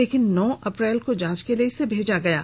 लेकिन नौ अप्रैल को जांच के लिए भेजा गया है